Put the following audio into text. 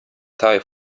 tie